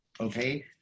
Okay